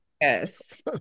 Yes